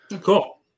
Cool